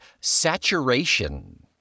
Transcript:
saturation